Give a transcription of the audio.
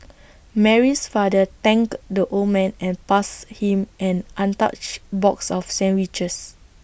Mary's father thanked the old man and passed him an untouched box of sandwiches